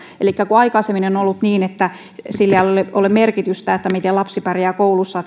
elikkä kun aikaisemmin on ollut niin että sillä minkälaisesta perheestä lapsi tulee ei ole merkitystä siinä miten hän pärjää koulussa